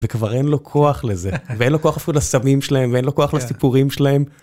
וכבר אין לו כוח לזה, ואין לו כוח אפילו לסמים שלהם, ואין לו כוח לסיפורים שלהם.